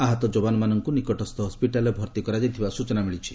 ଆହତ ଯବାନମାନଙ୍କୁ ନିକଟସ୍ଥ ହସ୍କିଟାଲ୍ରେ ଭର୍ତ୍ତି କରାଯାଇଥିବା ସ୍ନଚନା ମିଳିଛି